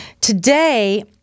today